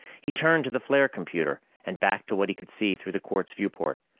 he turned to the flare computer and back to what he could see through the quartz viewport.